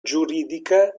giuridica